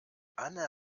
anne